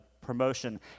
promotion